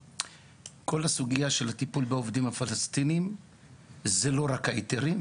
כל הסוגיה של הטיפול בעובדים הפלסטינים היא לא רק ההיתרים,